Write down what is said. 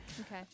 Okay